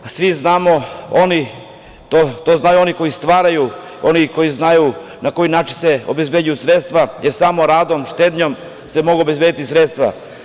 Svi znamo, to znaju oni koji stvaraju, na koji način se obezbeđuju sredstva, jer samo radom, štednjom se mogu obezbediti sredstva.